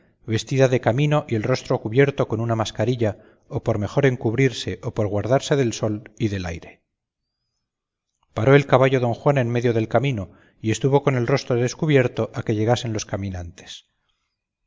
vestida de camino y el rostro cubierto con una mascarilla o por mejor encubrirse o por guardarse del sol y del aire paró el caballo don juan en medio del camino y estuvo con el rostro descubierto a que llegasen los caminantes